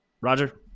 Roger